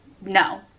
no